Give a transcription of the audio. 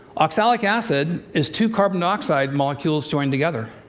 oxalic acid is two carbon dioxide molecules joined together.